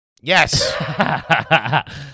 Yes